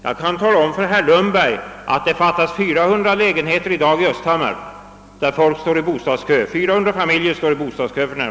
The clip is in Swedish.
Jag kan tala om för herr Lundberg att det i dag fattas 400 lägenheter i Östhammar, vi har med andra ord 400 familjer som står i bostadskön där.